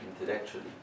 intellectually